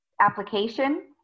application